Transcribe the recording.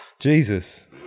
Jesus